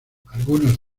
algunos